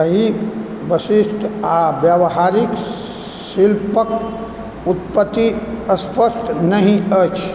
एहि विशिष्ट आ व्यावहारिक शिल्पक उत्पत्ति स्पष्ट नहि अछि